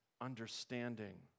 understanding